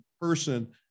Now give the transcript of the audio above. person